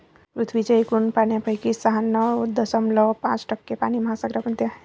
पृथ्वीच्या एकूण पाण्यापैकी शहाण्णव दशमलव पाच टक्के पाणी महासागरांमध्ये आहे